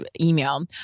email